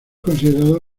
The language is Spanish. considerada